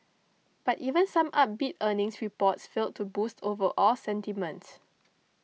but even some upbeat earnings reports failed to boost overall sentiment